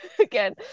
Again